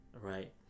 right